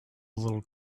little